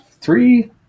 three